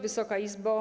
Wysoka Izbo!